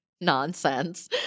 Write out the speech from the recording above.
nonsense